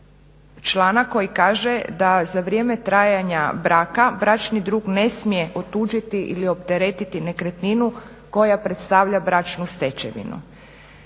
članak koji kaže da za vrijeme trajanja braka bračni drug ne smije otuđiti ili opteretiti nekretninu koja predstavlja bračnu stečevinu.